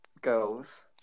girls